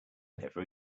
never